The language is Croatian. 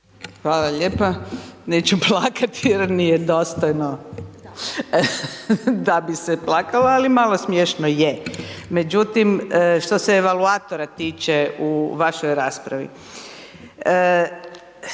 Hvala lijepa. Neću plakati jer nije dostojno da bi se plakalo, ali malo smiješno je. Međutim, što se evaluatora tiče u vašoj raspravi.